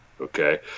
Okay